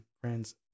friends